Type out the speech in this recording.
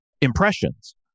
impressions